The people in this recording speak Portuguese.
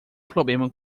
problema